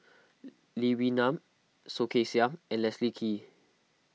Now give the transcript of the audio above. Lee Wee Nam Soh Kay Siang and Leslie Kee